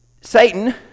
Satan